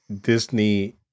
Disney